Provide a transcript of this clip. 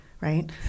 right